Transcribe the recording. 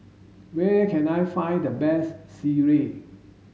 where can I find the best Sireh